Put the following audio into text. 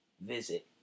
visit